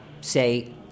say